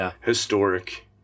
historic